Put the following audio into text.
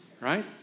Right